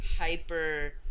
hyper